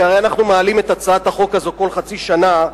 כי הרי אנחנו מעלים את הצעת החוק הזאת כל חצי שנה,